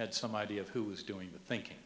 had some idea of who was doing the thinking